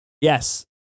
yes